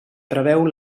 preveu